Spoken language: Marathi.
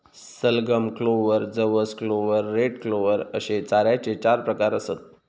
सलगम, क्लोव्हर, जवस क्लोव्हर, रेड क्लोव्हर अश्ये चाऱ्याचे चार प्रकार आसत